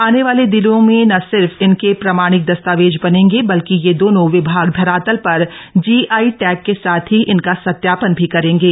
आने वाले दिनों में न सिर्फ इनके प्रमाणिक दस्तावेज बनेंगे बल्कि ये दोनों विभाग धरातल पर जीआई टैग के साथ ही इनका सत्यापन भी करेंगे